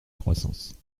croissance